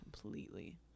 Completely